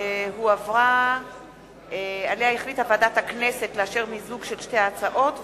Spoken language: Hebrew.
שלגביה החליטה ועדת הכנסת לאשר מיזוג של שתי הצעות חוק,